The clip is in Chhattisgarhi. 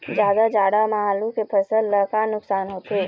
जादा जाड़ा म आलू के फसल ला का नुकसान होथे?